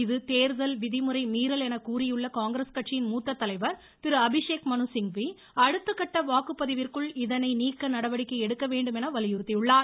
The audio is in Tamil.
இது தேர்தல் விதிமுறை மீறல் எனக் கூறியுள்ள காங்கிரஸ் கட்சியின் மூத்த தலைவர் திரு அபிஷேக் மனுசிங்வி அடுத்த கட்ட வாக்குப்பதிவிற்குள் இதனை நீக்க நடவடிக்கை எடுக்க வேண்டும் என வலியுறுத்தியுள்ளார்